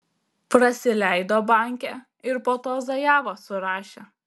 prasileido bankę ir po to zajavą surašė